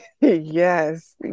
Yes